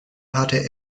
hatte